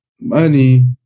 money